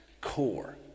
core